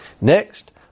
Next